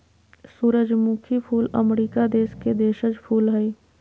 सूरजमुखी फूल अमरीका देश के देशज फूल हइ